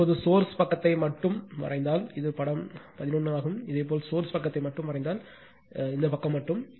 எனவே இப்போது சோர்ஸ் பக்கத்தை மட்டுமே வரைந்தால் இது படம் 11 ஆகும் இதேபோல் சோர்ஸ் பக்கத்தை மட்டுமே வரைந்தால் இந்த பக்கம் மட்டும்